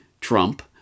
trump